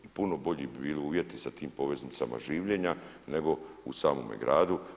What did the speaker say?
I puno bolji bi bili uvjeti sa tim poveznicama življenja nego u samome gradu.